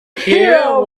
hear